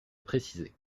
préciser